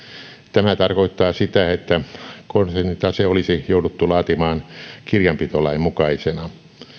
tämä tarkoittaa sitä että konsernitase olisi jouduttu laatimaan kirjanpitolain mukaisena